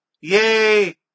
yay